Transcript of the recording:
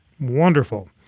Wonderful